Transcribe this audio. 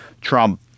Trump